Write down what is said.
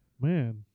Man